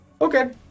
Okay